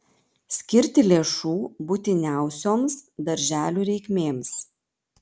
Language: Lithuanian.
skirti lėšų būtiniausioms darželių reikmėms